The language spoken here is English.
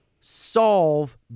solve